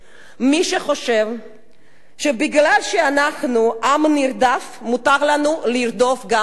מי שחושב שבגלל שאנחנו עם נרדף מותר לנו לרדוף גם אחרים,